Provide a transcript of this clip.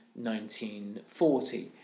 1940